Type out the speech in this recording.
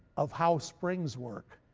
of how springs work,